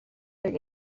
their